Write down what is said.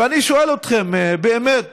ואני שואל אתכם באמת,